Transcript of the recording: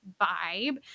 vibe